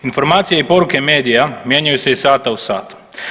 Informacije i poruke medija mijenjaju se iz sata u sat.